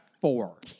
four